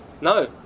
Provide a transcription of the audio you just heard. No